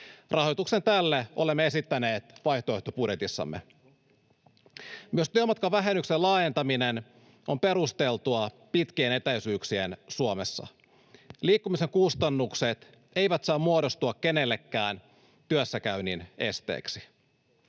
Rahoituksen tälle olemme esittäneet vaihtoehtobudjetissamme. Myös työmatkavähennyksen laajentaminen on perusteltua pitkien etäisyyksien Suomessa. Liikkumisen kustannukset eivät saa muodostua kenellekään työssäkäynnin esteeksi.